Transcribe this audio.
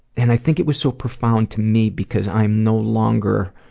and i think it was so profound to me because i'm no longer